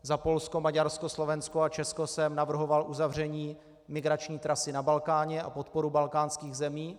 Za Polsko, Maďarsko, Slovensko a Česko jsem navrhoval uzavření migrační trasy na Balkáně a podporu balkánských zemí.